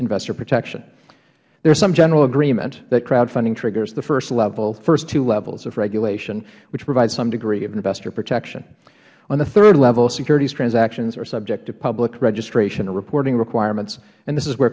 investor protection there is some general agreement that crowdfunding triggers the first two levels of regulation which provides some degree of investor protection on the third level securities transactions are subject to public registration or reporting requirements and this is where